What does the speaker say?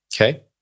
Okay